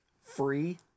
Free